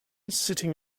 sitting